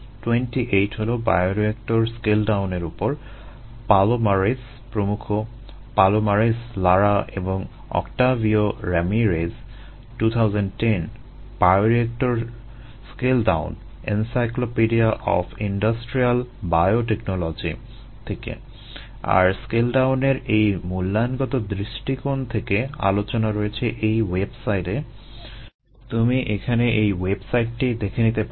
28 হলো bioreactor scale ডাউনের উপর পালোমারেস তুমি এখানে এই ওয়েবসাইটটি দেখে নিতে পারো